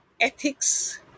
ethics